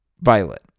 Violet